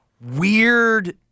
weird